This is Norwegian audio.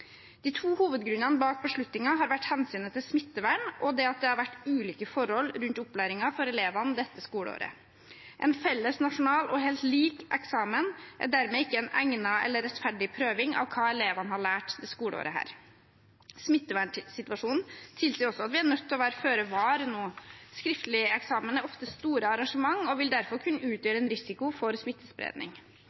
De to hovedgrunnene bak beslutningen har vært hensynet til smittevern og det at det har vært ulike forhold rundt opplæringen for elevene dette skoleåret. En felles nasjonal og helt lik eksamen er dermed ikke en egnet eller rettferdig prøving av hva elevene har lært dette skoleåret. Smittevernsituasjonen tilsier også at vi er nødt til å være føre var nå. Skriftlig eksamen er ofte store arrangement og vil derfor kunne utgjøre en risiko for smittespredning.